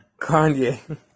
Kanye